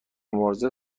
مبارزه